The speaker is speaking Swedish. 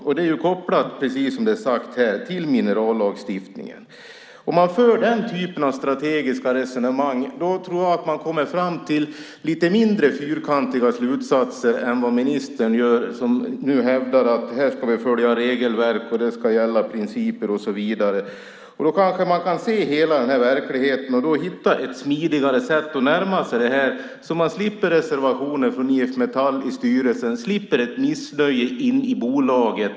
Precis som har sagts här är det kopplat till minerallagstiftningen. Om man för den typen av strategiska resonemang tror jag att man kommer fram till lite mindre fyrkantiga slutsatser än vad ministern gör när hon nu hävdar att vi ska följa regelverk, att principer ska gälla och så vidare. Då kanske man kan se hela verkligheten och hitta ett smidigare sätt att närma sig det här så att man slipper reservationer från IF Metall i styrelsen och slipper ett missnöje in i bolaget.